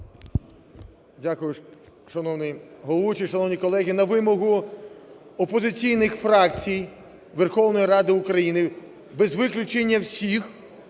Дякую, шановний головуючий. Шановні колеги, на вимогу опозиційних фракцій Верховної Ради України, без виключення всіх,